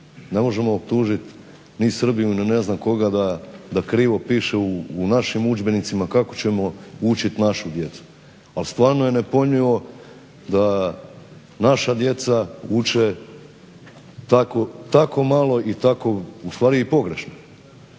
Ne možemo optužiti ni Srbiju ni ne znam koga da krivo piše u našim udžbenicima kako ćemo učiti našu djecu. Ali stvarno je nepojmljivo da naša djeca uče tako malo i tako ustvari i pogrešno.